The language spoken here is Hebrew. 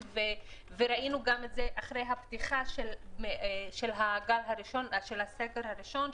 ראינו גם את זה אחרי הפתיחה של הסגר הראשון,